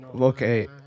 Okay